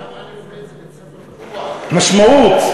משמעות,